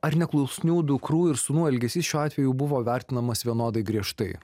ar neklusnių dukrų ir sūnų elgesys šiuo atveju buvo vertinamas vienodai griežtai